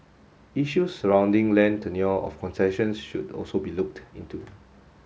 issues surrounding land tenure of concessions should also be looked into